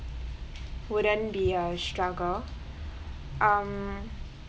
wouldn't be a struggle um